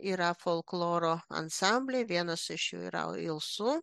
yra folkloro ansambliai vienas iš jų yra ilsu